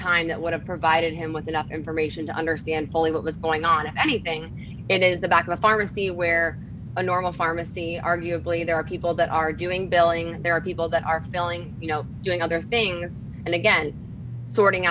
time that would have provided him with enough information to understand fully what was going on if anything and it was the back of a pharmacy where a normal pharmacy arguably there are people that are doing billing and there are people that are filling you know doing other things and again sorting